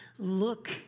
Look